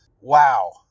Wow